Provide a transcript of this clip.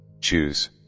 Choose